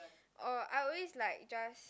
oh I always like just